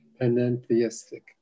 panentheistic